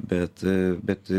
bet bet